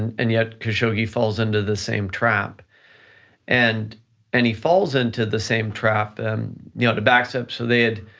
and and yet khashoggi falls into the same trap and and he falls into the same trap, and the the backs up so they had